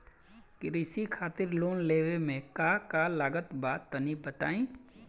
कृषि खातिर लोन लेवे मे का का लागत बा तनि बताईं?